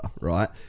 right